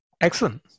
Excellent